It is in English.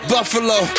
Buffalo